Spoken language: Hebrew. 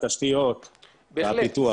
הרשות נטלה את הסמכות של התכנון ושל הפיתוח